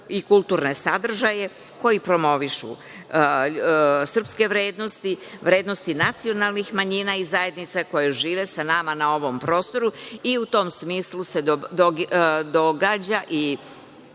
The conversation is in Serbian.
i kulturne sadržaje koji promovišu srpske vrednosti, vrednosti nacionalnih manjina i zajednica koje žive sa nama na ovom prostor,u tom smislu se događa i